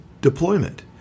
deployment